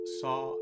saw